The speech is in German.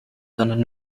sondern